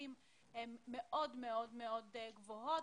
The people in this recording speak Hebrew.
הביטוחים הן מאוד מאוד מאוד גבוהות,